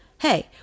Hey